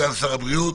סגן שר הבריאות,